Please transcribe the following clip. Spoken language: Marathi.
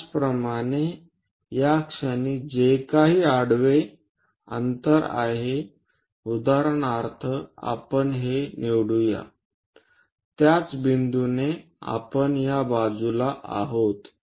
त्याचप्रमाणे या क्षणी जे काही हे आडवे अंतर आहे उदाहरणार्थ आपण हे निवडूया त्याच बिंदूने आपण या बाजूला आहोत